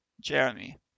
Jeremy